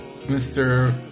Mr